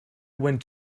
went